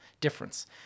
Difference